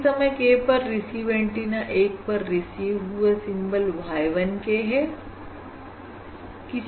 किसी समय k पर रिसीव एंटीना 1 पर रिसीव हुए सिंबल y 1 k है